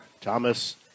Thomas